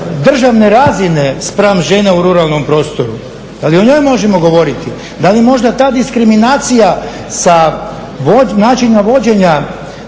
državne razine spram žena u ruralnom prostoru, da li o njoj možemo govoriti. Da li možda ta diskriminacija sa načinom vođenja